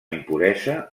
impuresa